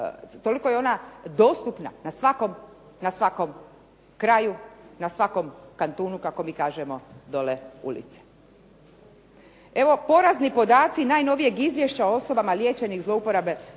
toliko je ona dostupna na svakom kraju, na svakom kantunu, kako mi kažemo dole u Lici. Evo porazni podaci najnovijeg izvješća o osobama liječenih od zlouporabe